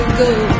go